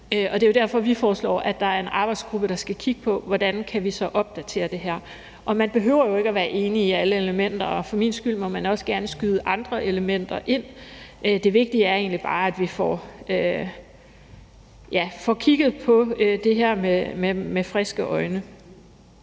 Det er jo derfor, vi foreslår, at en arbejdsgruppe, der skal kigge på, hvordan vi så kan opdatere det her. Man behøver jo ikke at være enig i alle elementer, og for min skyld må man også gerne skyde andre elementer ind. Det vigtige er egentlig bare, at vi får kigget på det her med friske øjne.